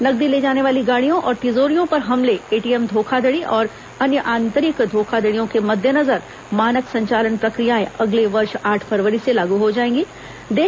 नकदी ले जाने वाली गाड़ियों और तिजोरियों पर हमले एटीएम धोखाधड़ी और अन्य आंतरिक धोखाधड़ियों के मद्देनज़र मानक संचालन प्रक्रियाएं अगले वर्ष आठ फरवरी से लागू हो जाएंगी